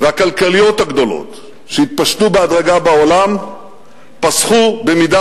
והכלכליות הגדולות שהתפשטו בהדרגה בעולם פסחו במידה